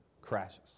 crashes